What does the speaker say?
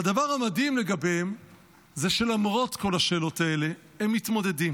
והדבר המדהים לגביהם זה שלמרות כל השאלות האלה הם מתמודדים: